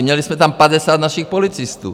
Měli jsme tam 50 našich policistů.